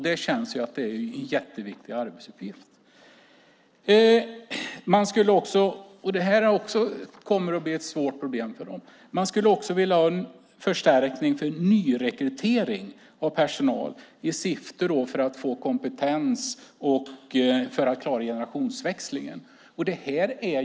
Det är jätteviktiga arbetsuppgifter. Man vill också ha förstärkning till nyrekrytering av personal i syfte att få kompetens och för att klara generationsväxlingen. Det kan bli problem annars.